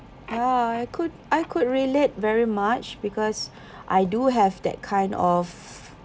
ya I could I could relate very much because I do have that kind of